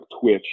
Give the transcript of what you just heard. twitch